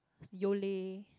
Yole